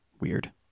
Weird